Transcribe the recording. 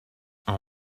our